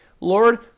Lord